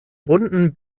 runden